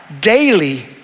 daily